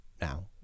now